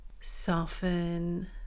soften